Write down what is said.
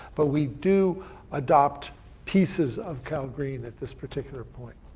but we do adopt pieces of calgreen at this particular point.